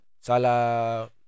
Salah